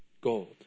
Gold